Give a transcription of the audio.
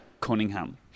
Cunningham